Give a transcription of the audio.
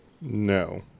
No